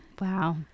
Wow